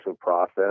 process